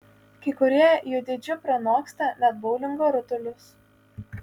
kai kurie jų dydžiu pranoksta net boulingo rutulius